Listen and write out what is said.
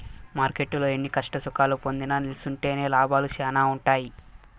మార్కెట్టులో ఎన్ని కష్టసుఖాలు పొందినా నిల్సుంటేనే లాభాలు శానా ఉంటాయి